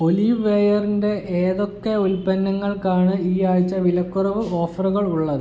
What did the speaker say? olive വെയറിൻ്റെ ഏതൊക്കെ ഉൽപ്പന്നങ്ങൾക്കാണ് ഈ ആഴ്ച വിലക്കുറവ് ഓഫറുകൾ ഉള്ളത്